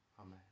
Amen